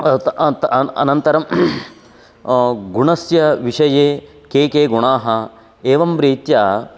आत् अनन्तरं गुणस्य विषये के के गुणाः एवं रीत्या